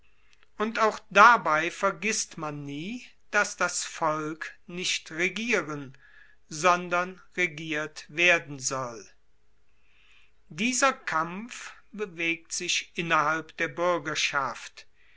und auch dabei vergisst man nie dass das volk nicht regieren sondern regiert werden soll dieser kampf bewegt sich innerhalb der buergerschaft